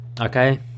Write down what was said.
okay